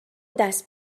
دست